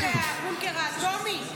הבונקר האטומי?